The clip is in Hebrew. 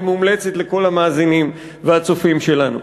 והיא מומלצת לכל המאזינים והצופים שלנו.